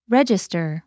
Register